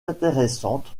intéressante